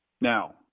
now